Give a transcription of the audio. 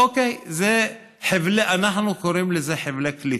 אוקיי, אנחנו קוראים לזה חבלי קליטה.